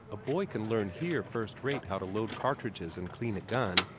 a boy can learn here first-rate how to load cartridges and clean a gun,